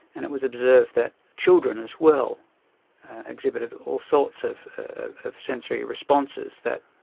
and it was observed that children as well exhibited all sorts of sensory responses that